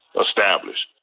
established